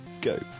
Go